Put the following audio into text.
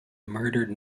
murdered